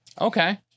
Okay